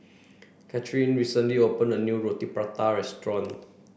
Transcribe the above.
Cathrine recently opened a new Roti Prata restaurant